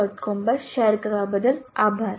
com પર share કરવા બદલ આભાર